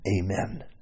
Amen